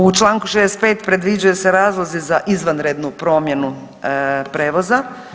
U čl. 65. predviđaju se razlozi za izvanrednu promjenu prijevoza.